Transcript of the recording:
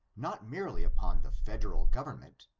not merely upon the federal government,